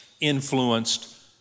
influenced